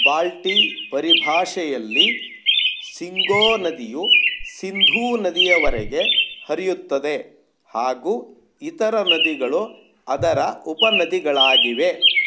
ಬಾಲ್ಟಿ ಪರಿಭಾಷೆಯಲ್ಲಿ ಶಿಂಗೋ ನದಿಯು ಸಿಂಧೂ ನದಿಯವರೆಗೆ ಹರಿಯುತ್ತದೆ ಹಾಗೂ ಇತರ ನದಿಗಳು ಅದರ ಉಪನದಿಗಳಾಗಿವೆ